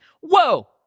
Whoa